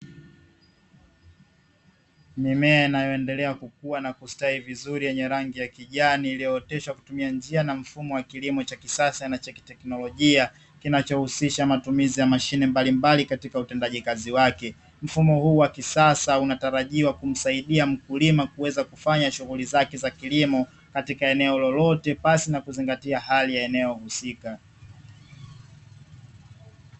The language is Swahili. Mimea inayoendelea kukua na kustawi vizuri yenye rangi ya kijani iliyooteshwa kutumia njia na mfumo wa kilimo cha kisasa na cha kiteknolojia kinachohusisha matumizi ya mashine mbalimbali katika utendaji kazi wake. Mfuno huu wa kisasa unatarajia kumsaidia mkulima kuweza kufanya shughuli zake za kilimo katika eneo lolote pasi na kuzingatia hali ya eneo husika.